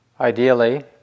ideally